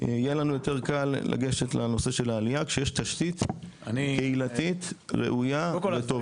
יהיה לנו יותר קל לגשת לנושא של העלייה כשיש תשתית קהילתית ראויה וטובה.